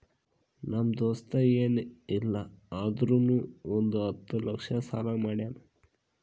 ನಮ್ ದೋಸ್ತ ಎನ್ ಇಲ್ಲ ಅಂದುರ್ನು ಒಂದ್ ಹತ್ತ ಲಕ್ಷ ಸಾಲಾ ಮಾಡ್ಯಾನ್